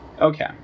Okay